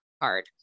card